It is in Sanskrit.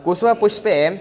कुस्वपुष्पे